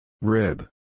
Rib